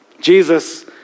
Jesus